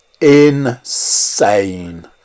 Insane